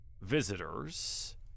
visitors